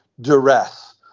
duress